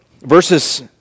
Verses